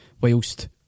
whilst